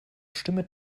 stimme